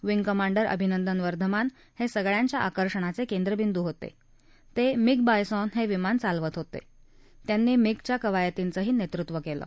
wing commander Abhinandan Varthaman हसिगळ्यांच्या आकर्षणाचक्रिद्र बिंदू होत केन मिग बायसॉन हाशिमान चालवत होता त्यांनी मिगच्या कवायतींचा नसूचि कळि